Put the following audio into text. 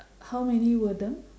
how many were them